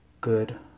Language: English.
Good